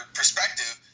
perspective